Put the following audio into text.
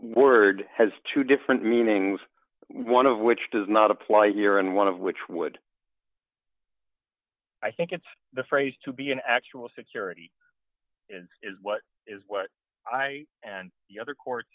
word has two different meanings one of which does not apply here and one of which would i think it's the phrase to be an actual security is what is what i and the other courts